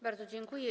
Bardzo dziękuję.